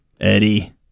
Eddie